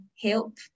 help